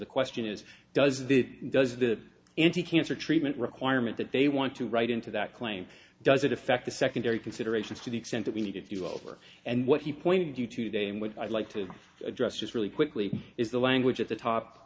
the question is does this does the anticancer treatment requirement that they want to write into that claim does it affect the secondary considerations to the extent that we need to do over and what he pointed you today and would like to address just really quickly is the language at the top